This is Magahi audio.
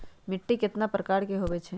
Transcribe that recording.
मिट्टी कतना प्रकार के होवैछे?